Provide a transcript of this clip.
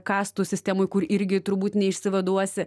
kastų sistemoj kur irgi turbūt neišsivaduosi